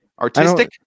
artistic